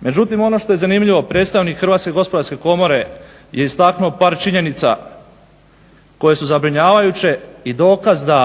Međutim, ono što je zanimljivo predstavnik Hrvatske gospodarske komore je istaknuo par činjenica koje su zabrinjavajuće i dokaz da